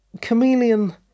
Chameleon